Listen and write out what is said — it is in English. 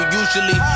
usually